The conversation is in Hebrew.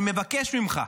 אני מבקש ממך,